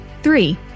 Three